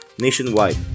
nationwide